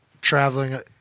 traveling